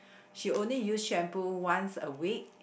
she only use shampoo once a week